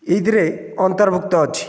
ଏହିଥିରେ ଅନ୍ତର୍ଭୁକ୍ତ ଅଛି